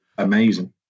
Amazing